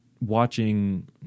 watching